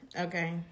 Okay